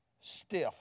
stiff